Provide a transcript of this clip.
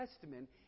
Testament